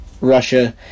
Russia